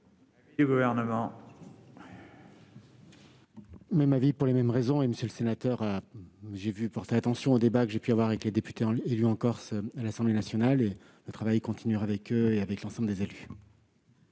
Même avis, pour les mêmes raisons. Monsieur Parigi, j'ai porté attention aux débats que j'ai pu avoir avec les députés de Corse à l'Assemblée nationale. Le travail continuera avec eux, ainsi qu'avec l'ensemble des élus.